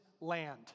land